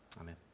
Amen